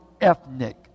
ethnic